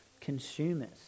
consumers